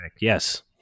yes